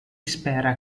spera